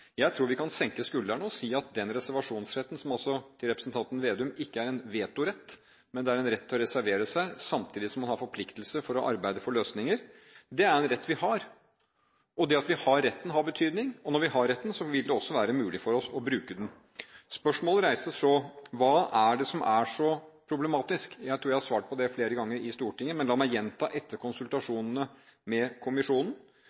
Jeg tror vi kan senke skuldrene og si at den reservasjonsretten – til representanten Slagsvold Vedum – ikke er en vetorett, men det er en rett til å reservere seg, samtidig som man har en forpliktelse til å arbeide for løsninger. Det at vi har retten, har betydning, og når vi har retten, vil det også være mulig for oss å bruke den. Spørsmålet reises så: Hva er det som er så problematisk? Jeg tror jeg har svart på det flere ganger i Stortinget, men la meg gjenta etter